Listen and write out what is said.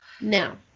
Now